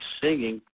singing